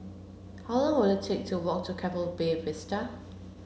how long will it take to walk to Keppel Bay Vista